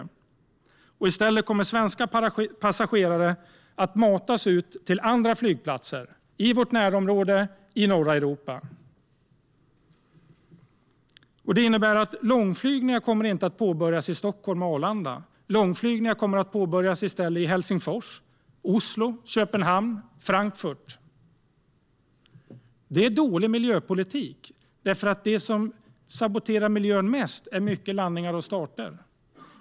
I stället kommer svenska passagerare att matas ut till andra flygplatser i vårt närområde i norra Europa. Det innebär att långflygningar inte kommer att påbörjas i Stockholm och på Arlanda. Långflygningar kommer i stället att påbörjas i Helsingfors, Oslo, Köpenhamn eller Frankfurt. Det är dålig miljöpolitik. Det som saboterar miljön mest är nämligen när det är många landningar och starter.